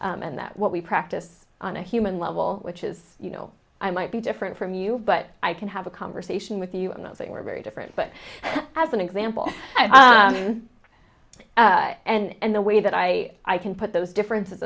sm and that what we practice on a human level which is you know i might be different from you but i can have a conversation with you in that they were very different but as an example and the way that i can put those differences